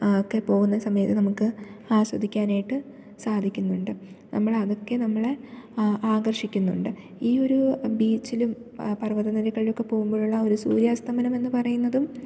ആകെ പോകുന്ന സമയത്ത് നമുക്ക് ആസ്വദിക്കാനായിട്ട് സാധിക്കുന്നുണ്ട് നമ്മളെ അതൊക്കെ നമ്മളെ ആകർഷിക്കുന്നുണ്ട് ഈയൊരു ബീച്ചിലും പർവ്വതനിരകളിലൊക്കെ പോകുമ്പോഴുള്ള ആ ഒരു സൂര്യാസ്തമനമെന്ന് പറയുന്നതും